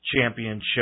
championship